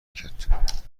کرد